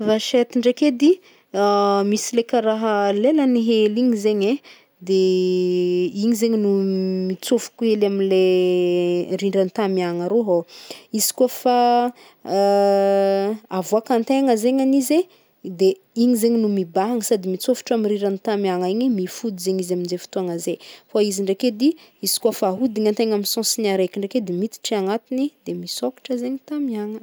Vachety ndraiky edy, misy le karaha lelany hely igny zegny e, de igny zegny no mitsofoko le amle rindran-tamiagna aroa ô, izy kaofa avoakantegna zegny an'izy e, de igny zegny no mibahana sady mitsôfotry amin'ny riran'ny tamiagna igny, mifody zegny izy aminjay fotoagna zay, koa izy ndraiky edy, izy kaofa ahodinantegna amy sens-ny araiky ndraiky edy miditra agnatiny de misôkatra zegny tamiagna.